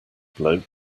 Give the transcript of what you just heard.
bloke